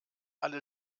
alle